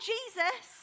Jesus